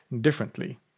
differently